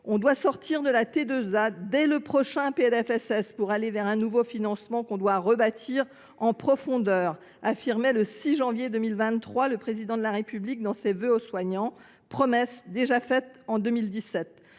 On doit sortir de la T2A dès le prochain PLFSS pour aller vers un nouveau financement qu’on doit rebâtir en profondeur », affirmait le 6 janvier 2023 le Président de la République dans ses vœux aux soignants – promesse déjà faite en 2017.